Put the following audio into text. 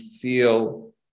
feel